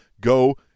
Go